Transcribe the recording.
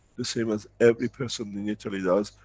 the same as every person in italy does,